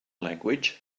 language